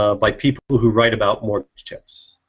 ah by people who write about mortgage tips.